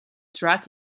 truck